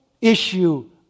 issue